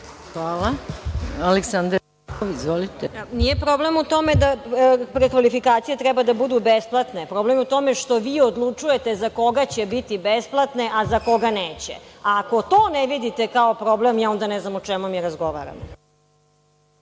**Aleksandra Jerkov** Nije problem u tome da prekvalifikacije treba da budu besplatne, problem je u tome što vi odlučujete za koga će biti besplatne, a za koga neće. Ako to ne vidite kao problem, ja onda ne znam o čemu mi razgovaramo.